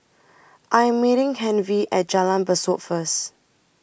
I Am meeting Hervey At Jalan Besut First